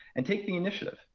and take the initiative.